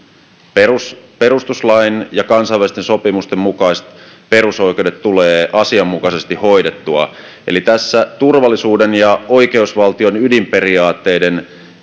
perustuslain ja kansainvälisten sopimusten mukaiset perusoikeudet tulee asianmukaisesti hoidettua eli tässä turvallisuuden ja oikeusvaltion ydinperiaatteiden